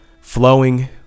flowing